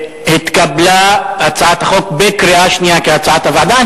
התקבלה הצעת החוק בקריאה שנייה, כהצעת הוועדה.